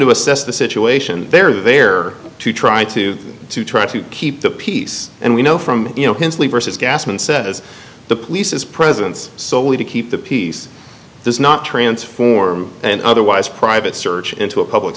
to assess the situation they're there to try to to try to keep the peace and we know from you know his lever says gasman says the police is presence solely to keep the peace does not transform an otherwise private search into a public